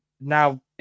now